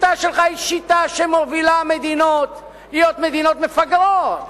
השיטה שלך היא שיטה שמובילה מדינות להיות מדינות מפגרות,